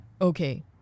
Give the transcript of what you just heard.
Okay